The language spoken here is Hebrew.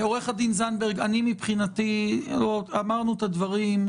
עו"ד זנדברג, אמרנו את הדברים.